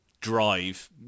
drive